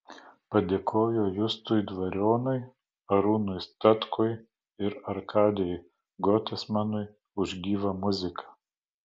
padėkojo justui dvarionui arūnui statkui ir arkadijui gotesmanui už gyvą muziką